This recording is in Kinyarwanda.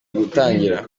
gutangira